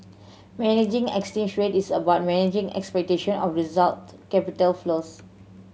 managing exchange rate is about managing expectation of result capital flows